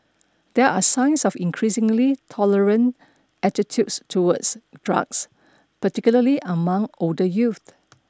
there are signs of increasingly tolerant attitudes towards drugs particularly among older youth